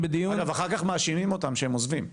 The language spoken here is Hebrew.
אגב, אחר כך מאשימים אותם שהם עוזבים.